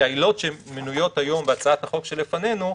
העילות שמנויות היום בהצעת החוק שלפנינו,